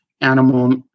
animal